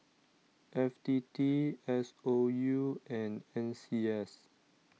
F T T S O U and N C S